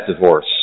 divorce